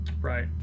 Right